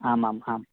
आम् आम् आम्